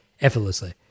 effortlessly